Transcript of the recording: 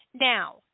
Now